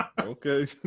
Okay